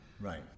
Right